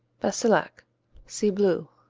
bassillac see bleu.